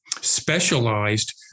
specialized